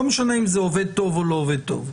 לא משנה אם זה עובד טוב או לא עובד טוב,